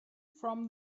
from